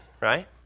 right